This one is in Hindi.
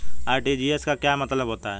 आर.टी.जी.एस का क्या मतलब होता है?